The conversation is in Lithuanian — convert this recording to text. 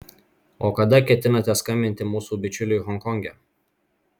o kada ketinate skambinti mūsų bičiuliui honkonge